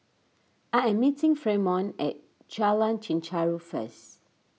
I am meeting Fremont at Jalan Chichau first